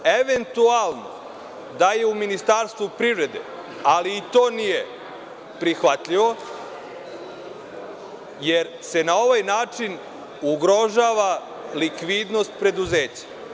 Eventualno da je u Ministarstvu privrede, ali i to nije prihvatljivo, jer se na ovaj način ugrožava likvidnost preduzeća.